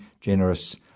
generous